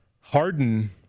Harden